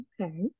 okay